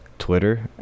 twitter